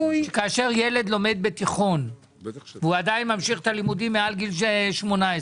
--- כאשר ילד לומד בתיכון והוא עדיין ממשיך את הלימודים מעל גיל 18,